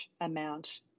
amount